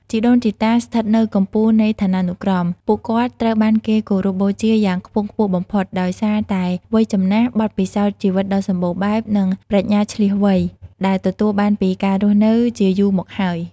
ជីដូនជីតា ស្ថិតនៅកំពូលនៃឋានានុក្រម ពួកគាត់ត្រូវបានគេគោរពបូជាយ៉ាងខ្ពង់ខ្ពស់បំផុត ដោយសារតែ វ័យចំណាស់ បទពិសោធន៍ជីវិតដ៏សម្បូរបែប និងប្រាជ្ញាឈ្លាសវៃ ដែលទទួលបានពីការរស់នៅជាយូរមកហើយ។